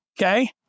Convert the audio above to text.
Okay